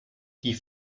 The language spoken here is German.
die